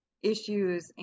issues